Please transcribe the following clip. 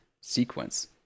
sequence